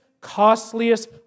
costliest